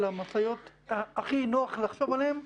על המשאיות שהכי נוח לחשוב עליהן,